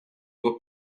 doit